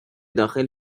داخل